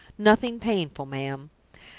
nothing painful, ma'am!